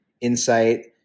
insight